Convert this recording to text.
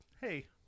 Hey